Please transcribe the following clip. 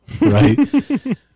right